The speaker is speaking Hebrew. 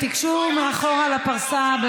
תיגשו לפרסה מאחור,